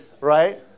Right